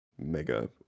Mega